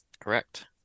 correct